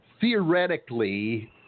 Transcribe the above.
theoretically